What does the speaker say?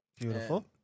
Beautiful